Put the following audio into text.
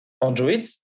Android